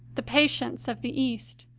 the patience of the east,